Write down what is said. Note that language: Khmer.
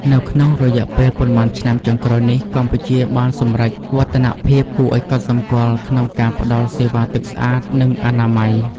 នៅក្នុងរយៈពេលប៉ុន្មានឆ្នាំចុងក្រោយនេះ កម្ពុជាបានសម្រេចវឌ្ឍនភាពគួរឱ្យកត់សម្គាល់ក្នុងការផ្តល់សេវាទឹកស្អាត និងអនាម័យ។